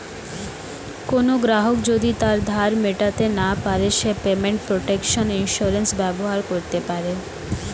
কোনো গ্রাহক যদি তার ধার মেটাতে না পারে সে পেমেন্ট প্রটেকশন ইন্সুরেন্স ব্যবহার করতে পারে